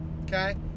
okay